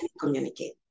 communicate